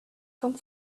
come